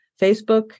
Facebook